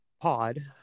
pod